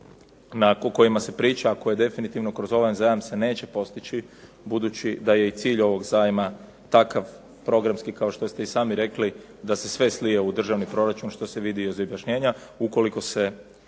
o kojima se priča, koje definitivno kroz ovaj jedan zajam se neće postići budući da je i cilj ovog zajma takav programski kao što ste i sami rekli da se sve slije u državni proračun što se vidi i iz objašnjenja. Ukoliko se